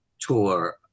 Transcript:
tour